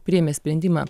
priėmė sprendimą